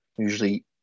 usually